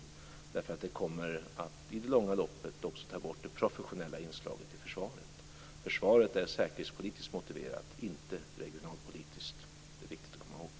I det långa loppet kommer det att ta bort det professionella inslaget i försvaret. Försvaret är säkerhetspolitiskt motiverat, inte regionalpolitiskt. Det är viktigt att komma ihåg.